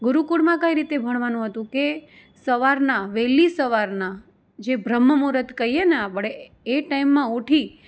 ગુરુકુળમાં કઈ રીતે ભણવાનું હતું કે સવારના વહેલી સવારના જે બ્રહ્મ મૂરત કહીએને આપણે એ ટાઈમમાં ઉઠી